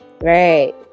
right